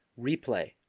replay